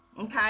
Okay